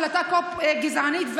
החלטה גזענית.